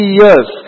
years